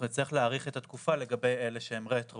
נצטרך להאריך את התקופה לגבי אלה שהם רטרו